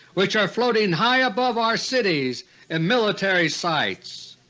which are floating high above our cities and military sites.